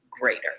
greater